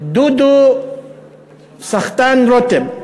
דודו סחטן רותם.